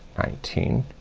nineteen,